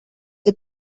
que